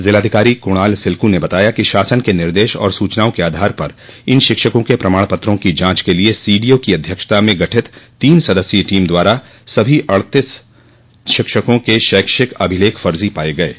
ज़िलाधिकारी कुणाल सिल्कू ने बताया कि शासन के निर्देश और सूचनाओं के आधार पर इन शिक्षकों के प्रमाण पत्रों की जांच के लिए सीडीओ की अध्यक्षता में गठित तीन सदस्यीय टीम द्वारा सभी अड़तीस शिक्षकों के शैक्षिक अभिलेख फर्जा पाये गये हैं